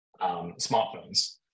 smartphones